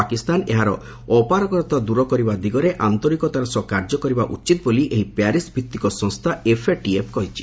ପାକିସ୍ତାନ ଏହାର ଅପରାଗତା ଦୂର କରିବା ଦିଗରେ ଆନ୍ତରିକତାର ସହ କାର୍ଯ୍ୟ କରିବା ଉଚିତ୍ ବୋଲି ଏହି ପ୍ୟାରିସ୍ ଭିତ୍ତିକ ସଂସ୍ଥା ଏଫ୍ଏଟିଏଫ୍ କହିଛି